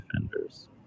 defenders